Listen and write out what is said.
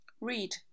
read